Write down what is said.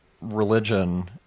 religion